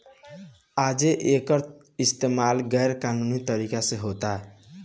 आजो एकर इस्तमाल गैर कानूनी तरीका से होता